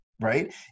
right